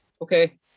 Okay